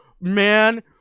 man